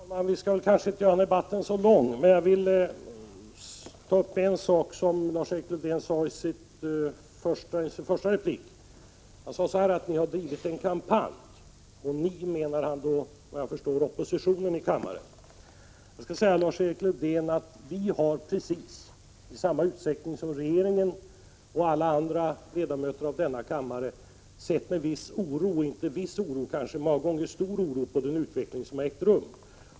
Herr talman! Vi skall kanske inte göra debatten så lång. Men jag vill ta upp en sak som Lars-Erik Lövdén sade i sin första replik. Han sade så här: Ni har drivit en kampanj. Med ”ni” menar han vad jag förstår oppositionen i kammaren. Jag skall säga Lars-Erik Lövdén att vi i precis samma utsträckning som regeringen och alla andra ledamöter av denna kammare många gånger har känt en stor oro över den utveckling som har ägt rum.